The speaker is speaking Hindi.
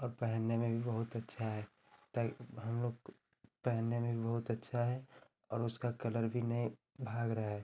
और पहनने में भी बहुत अच्छा है हम लोग को पहनने में भी बहुत अच्छा है और उसका कलर भी नहीं भाग रहा है